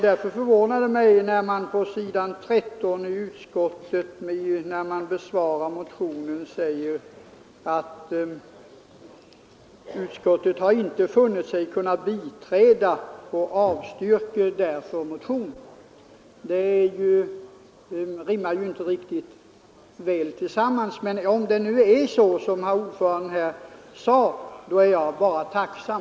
Därför förvånar det mig när utskottet på s. 13 besvarar motionen och skriver att utskottet inte funnit sig kunna biträda motionsyrkandet utan avstyrker motionen. Det rimmar inte riktigt väl. Men om det nu är så som utskottets herr ordförande säger är jag bara tacksam.